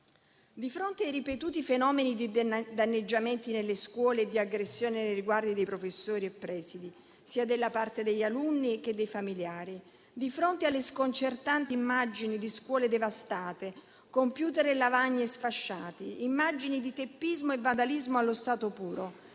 Di fronte ai ripetuti fenomeni di danneggiamenti nelle scuole e di aggressione nei riguardi dei professori e presidi, sia da parte degli alunni che dei familiari, di fronte alle sconcertanti immagini di scuole devastate, computer e lavagne sfasciati, immagini di teppismo e vandalismo allo stato puro,